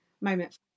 moment